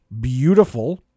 beautiful